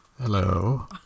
hello